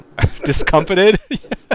Discomfited